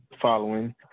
following